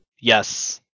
Yes